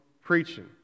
preaching